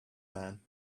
man